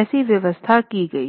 ऐसी व्यवस्था की गई थी